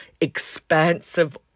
expansive